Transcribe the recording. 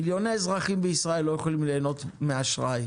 מיליוני אזרחים בישראל לא יכולים ליהנות מאשראי,